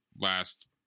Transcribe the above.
last